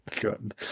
God